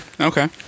Okay